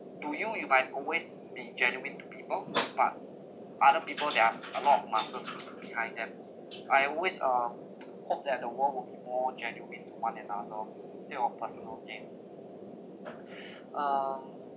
to you you might always be genuine to people but other people they are a lot of masks behind them I always (uh)hope that the world would be more genuine to one another instead of personal gain um